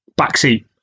backseat